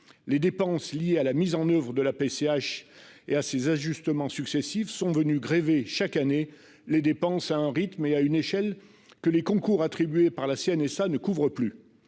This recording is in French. Les dépenses liées à la mise en oeuvre de la PCH et à ses ajustements successifs sont venues grever chaque année les dépenses à un rythme et à une échelle que les concours attribués par la CNSA ne couvrent plus.